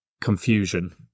confusion